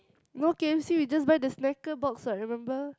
no K_F_C we just buy the snacker box what remember